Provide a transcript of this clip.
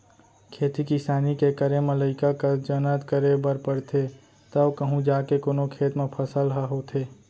खेती किसानी के करे म लइका कस जनत करे बर परथे तव कहूँ जाके कोनो खेत म फसल ह होथे